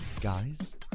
Guys